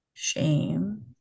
shame